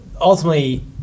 ultimately